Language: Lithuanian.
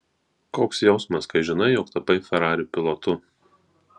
koks jausmas kai žinai jog tapai ferrari pilotu